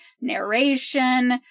narration